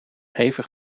hevig